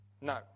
No